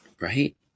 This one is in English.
right